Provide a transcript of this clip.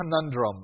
conundrum